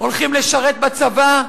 הולכים לשרת בצבא,